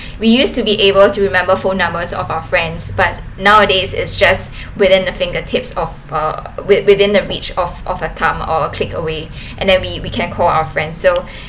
we used to be able to remember phone numbers of our friends but nowadays it's just within a finger tips of uh wit~ within the reach of of a thumb or a click away and then we we can't call our friend so